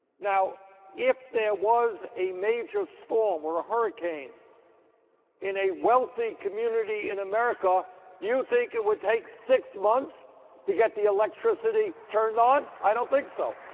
now if there was a major storm or hurricane in a wealthy community in america, do you think it would take six months to get the electricity turned on? i don't think so.